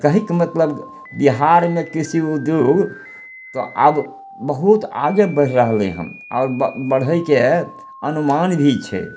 कहयके मतलब बिहारमे कृषि उद्योग तऽ आब बहुत आगे बढ़ि रहलइ हन आओर ब बढ़यके अनुमान भी छै